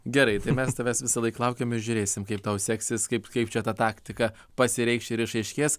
gerai tai mes tavęs visąlaik laukiame žiūrėsim kaip tau seksis kaip kaip čia ta taktika pasireikš ir išaiškės